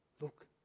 look